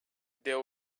deal